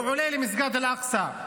הוא עולה למסגד אל-אקצא.